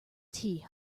tea